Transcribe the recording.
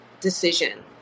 decision